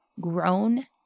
grown